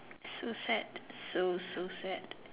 so sad so so sad